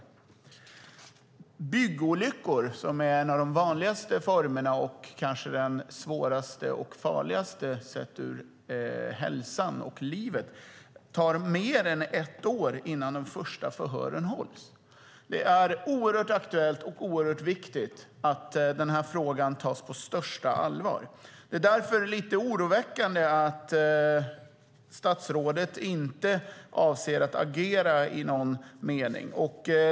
När det gäller byggolyckor, som är en av de vanligaste formerna och kanske den svåraste och farligaste sett ur hälso och livsperspektiv, tar det mer än ett år innan de första förhören hålls. Det är angeläget och viktigt att frågan tas på största allvar. Det är därför lite oroväckande att statsrådet inte avser att agera i någon mening.